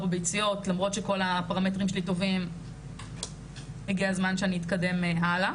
ביציות למרות שכל הפרמטרים שלי טובים הגיע הזמן שאתקדם הלאה.